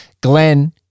glenn